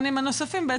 הקריטריונים הנוספים,